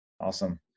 Awesome